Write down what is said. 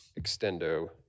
extendo